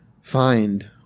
find